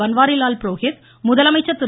பன்வாரிலால் புரோகித் முதலமைச்சர் திரு